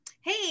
Hey